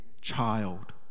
Child